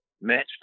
match